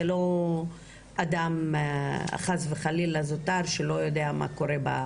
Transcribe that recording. זה לא אדם חס וחלילה זוטר שלא יודע מה קורה.